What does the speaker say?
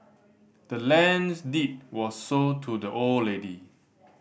the land's deed was sold to the old lady